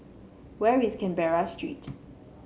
where is Canberra Street